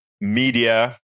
media